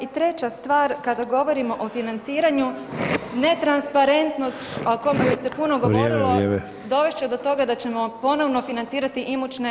I treća stvar kada govorimo o financiranju, netransparentnost o kojoj se puno govorilo dovest će do toga da ćemo ponovno financirati imućne